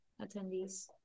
attendees